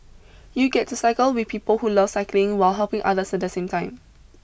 you get to cycle with people who love cycling while helping others at the same time